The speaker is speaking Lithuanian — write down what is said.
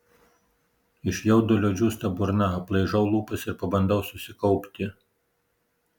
iš jaudulio džiūsta burna aplaižau lūpas ir pabandau susikaupti